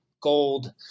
gold